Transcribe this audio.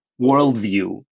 worldview